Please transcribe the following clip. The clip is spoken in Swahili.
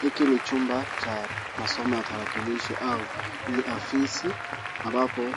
Hiki ni chumba cha masomo ya tarakilishi au ni afisi ambapo